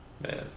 Man